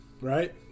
right